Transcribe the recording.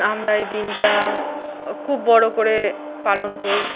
আমরা এই দিনটা খুব বড়ো করে পালন করি